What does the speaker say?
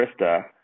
Krista